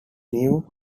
knew